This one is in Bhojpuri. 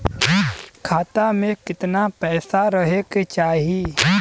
खाता में कितना पैसा रहे के चाही?